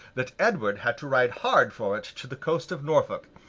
that edward had to ride hard for it to the coast of norfolk,